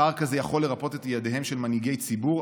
פער כזה יכול לרפות את ידיהם של מנהיגי ציבור,